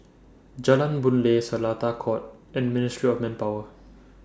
Jalan Boon Lay Seletar Court and Ministry of Manpower